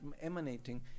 emanating